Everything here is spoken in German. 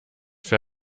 für